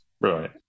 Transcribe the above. Right